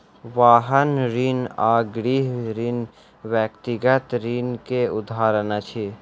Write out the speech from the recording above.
वाहन ऋण आ गृह ऋण व्यक्तिगत ऋण के उदाहरण अछि